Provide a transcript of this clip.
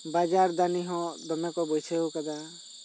ᱵᱟᱡᱟᱨ ᱫᱟᱱᱤ ᱦᱚᱸ ᱫᱚᱢᱮ ᱠᱚ ᱵᱟᱹᱭᱥᱟᱹᱣ ᱟᱠᱟᱫᱟ